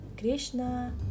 Krishna